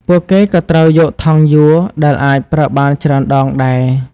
ពួកគេក៏ត្រូវយកថង់យួរដែលអាចប្រើបានច្រើនដងដែរ។